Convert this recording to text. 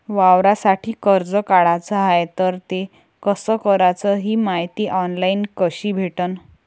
वावरासाठी कर्ज काढाचं हाय तर ते कस कराच ही मायती ऑनलाईन कसी भेटन?